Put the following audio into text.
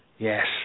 Yes